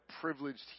privileged